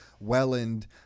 Welland